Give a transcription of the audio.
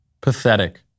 Pathetic